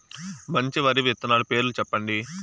మంచి వరి విత్తనాలు పేర్లు చెప్పండి?